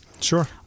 Sure